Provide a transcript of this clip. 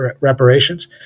reparations